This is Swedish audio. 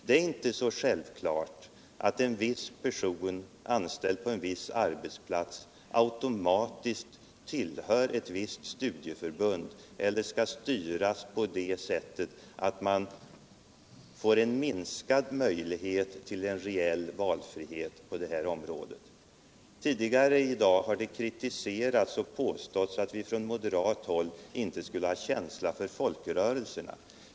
Det är alltså inte så självklart att en viss person, anställd på en viss arbetsplats, därmed automatiskt tillhör ett visst studieförbund etter skall styras på ett sådant sätt att han får en minskad möjlighet till reell valfrihet på detta område. Tidigare i dag har vi moderater kritiserats för att vi inte skulle ha någon känsla för folkrörelserna.